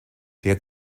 der